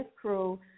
crew